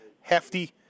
hefty